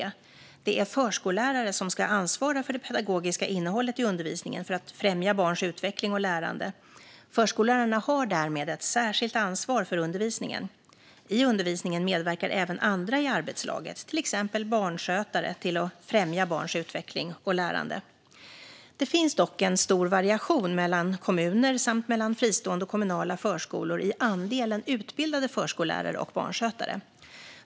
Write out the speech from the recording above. Det är förskollärare som ska ansvara för det pedagogiska innehållet i undervisningen för att främja barns utveckling och lärande. Förskollärarna har därmed ett särskilt ansvar för undervisningen. I undervisningen medverkar även andra i arbetslaget, till exempel barnskötare, till att främja barns utveckling och lärande. Det finns dock en stor variation mellan kommuner samt mellan fristående och kommunala förskolor i andelen utbildade förskollärare och barnskötare.